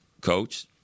Coach